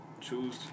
Choose